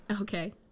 Okay